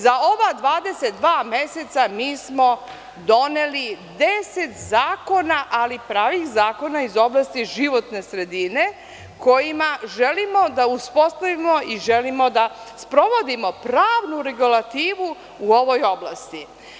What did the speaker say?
Za ova 22 meseca mi smo doneli deset zakona, ali pravih zakona iz oblasti životne sredine kojima želimo da uspostavimo i želimo da sprovodimo pravnu regulativu u ovoj oblasti.